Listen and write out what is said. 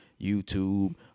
YouTube